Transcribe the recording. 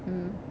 mm